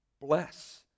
Bless